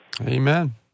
Amen